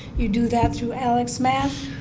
you do that through alex math?